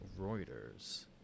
Reuters